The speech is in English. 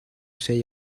say